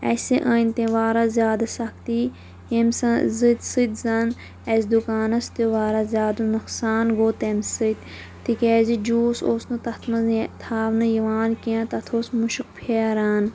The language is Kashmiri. اسہِ أنۍ تٔمۍ واریاہ زیادٕ سختی ییٚمہِ سان سۭتۍ زن اسہِ دُکانس تہِ واریاہ زیادٕ نۄقصان گوٚو تَمہِ سۭتۍ تِکیٛازِ جیٛوٗس اوس نہٕ تتھ منٛز نے تھاونہٕ یِوان کیٚنٛہہ تتھ اوس مُشُک پھیران